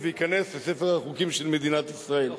וייכנס לספר החוקים של מדינת ישראל.